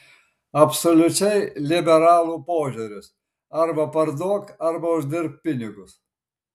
absoliučiai liberalų požiūris arba parduok arba uždirbk pinigus